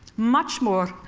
much more